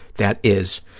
that is,